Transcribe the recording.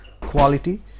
quality